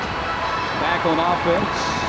back on ah offense.